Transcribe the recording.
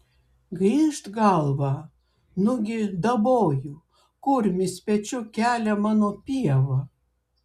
grįžt galvą nugi daboju kurmis pečiu kelia mano pievą